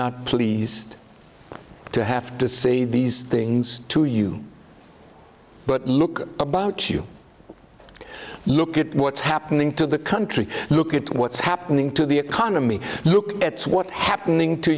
not pleased to have to say these things to you but look about you look at what's happening to the country look at what's happening to the economy look at what's happening to